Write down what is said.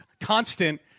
constant –